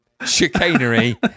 chicanery